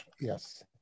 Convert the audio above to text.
yes